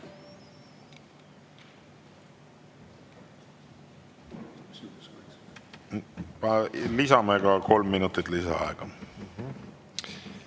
Lisame ka kolm minutit lisaaega.